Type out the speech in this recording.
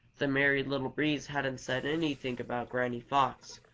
the merry little breeze hadn't said anything about granny fox,